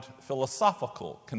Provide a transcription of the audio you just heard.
philosophical